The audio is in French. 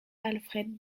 alfred